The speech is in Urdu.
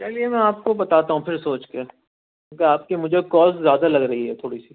چلیے میں آپ کو بتاتا ہوں پھر سوچ کے کیوں کہ آپ کے مجھے کوسٹ زیادہ لگ رہی ہے تھوڑی سی